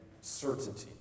certainty